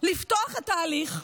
לפתוח את ההליך,